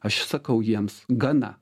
aš sakau jiems gana